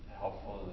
helpful